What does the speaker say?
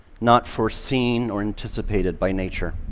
not foreseen or anticipated by nature.